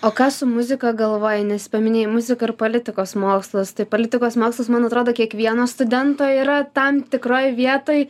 o ką su muzika galvojai nes paminėjai muziką ir politikos mokslus tai politikos mokslus man atrodo kiekvieno studento yra tam tikroj vietoj